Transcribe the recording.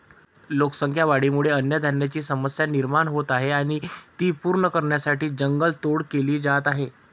लोकसंख्या वाढीमुळे अन्नधान्याची समस्या निर्माण होत आहे आणि ती पूर्ण करण्यासाठी जंगल तोड केली जात आहे